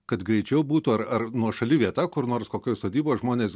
kad greičiau būtų ar ar nuošali vieta kur nors kokioj sodyboj žmonės